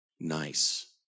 nice